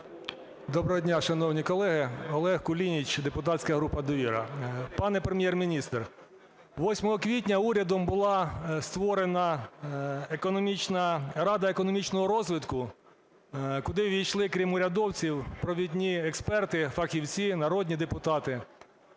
Доброго дня, шановні колеги. Олег Кулініч, депутатська група "Довіра". Пане Прем'єр-міністр, 8 квітня урядом була створена Рада економічного розвитку, куди увійшли, крім урядовців, провідні експерти, фахівці, народні депутати.